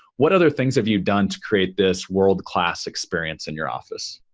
what other things have you done to create this world-class experience in your office?